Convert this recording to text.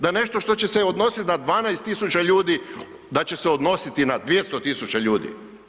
Da nešto što će se odnositi 12 tisuća ljudi, da će se odnositi na 200 tisuća ljudi.